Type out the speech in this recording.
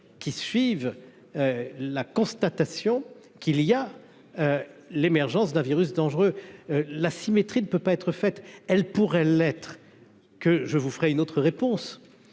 qui suivent la constatation qu'il y a l'émergence d'un virus dangereux la symétrie ne peut pas être faite, elle pourrait l'être que je vous ferai une autre réponse,